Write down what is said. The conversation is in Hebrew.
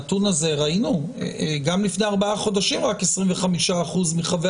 ראינו גם לפני ארבעה חודשים רק 25% מחבי